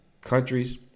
countries